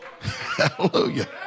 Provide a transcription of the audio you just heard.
Hallelujah